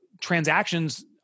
transactions